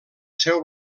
seu